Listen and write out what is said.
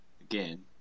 again